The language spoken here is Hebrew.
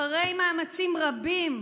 אחרי מאמצים רבים,